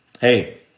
Hey